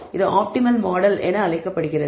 இது optimal model என்று அழைக்கப்படுகிறது